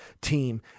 team